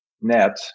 net